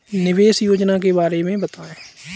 निवेश योजना के बारे में बताएँ?